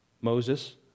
Moses